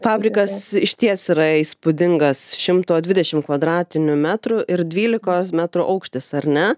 fabrikas išties yra įspūdingas šimto dvidešim kvadratinių metrų ir dvylikos metrų aukštis ar ne